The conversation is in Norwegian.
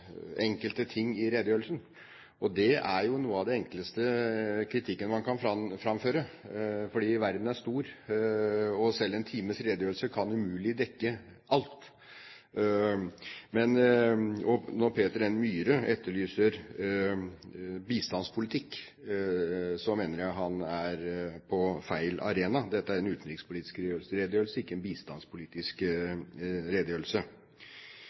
enkelte ting i redegjørelsen. Det er jo noe av den enkleste kritikk man kan framføre, fordi verden er stor, og selv en times redegjørelse kan umulig dekke alt. Når Peter N. Myhre etterlyser bistandspolitikk, mener jeg han er på feil arena. Dette er en utenrikspolitisk redegjørelse, ikke en bistandspolitisk redegjørelse.